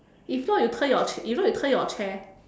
if not you turn your ch~ if not you turn your chair